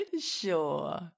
Sure